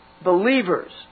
believers